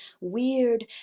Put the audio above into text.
Weird